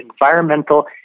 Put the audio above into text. Environmental